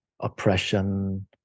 oppression